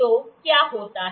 तो क्या होता है